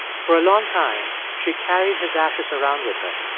for a long time, she carried his ashes around with her.